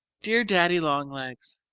dear daddy-long-legs,